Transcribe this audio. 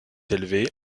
élevé